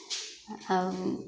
अब